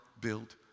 build